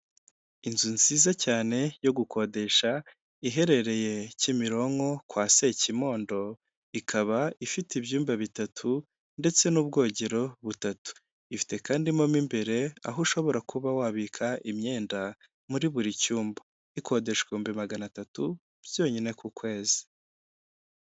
Inzu nziza cyane yo gukodesha, iherereye Kimironko kwa Sekimondo, ikaba ifite ibyumba bitatu ndetse n'ubwogero butatu, ifite kandi mu imbere aho ushobora kuba wabika imyenda, muri buri cyumba, ikodeshwa ibihumbi magana atatu byonyine ku kwezi.